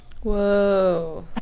Whoa